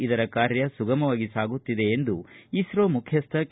ಇದರ ಕಾರ್ಯ ಸುಗಮವಾಗಿ ಸಾಗುತ್ತಿದೆ ಎಂದು ಇಸ್ರೋ ಮುಖ್ವಸ್ತ ಕೆ